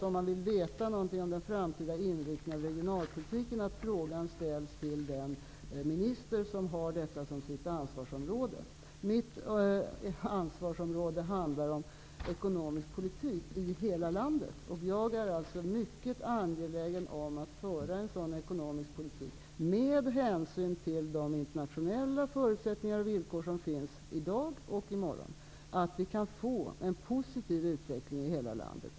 Om man vill veta något om den framtida inriktningen av regionalpolitiken är det naturligt att frågan ställs till den minister som har detta som sitt ansvarsområde. Mitt ansvarsområde handlar om ekonomisk politik i hela landet. Jag är alltså mycket angelägen om att föra en sådan ekonomisk politik, med hänsyn till de internationella förutsättningar och villkor som finns i dag och i morgon, att vi kan få en positiv utveckling i hela landet.